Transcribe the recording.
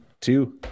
two